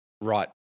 right